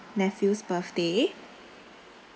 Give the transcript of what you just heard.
nephew's birthday